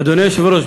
אדוני היושב-ראש,